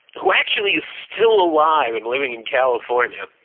who actually is still alive, and living in california,